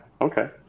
okay